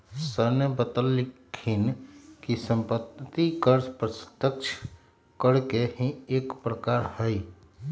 sir ने बतल खिन कि सम्पत्ति कर प्रत्यक्ष कर के ही एक प्रकार हई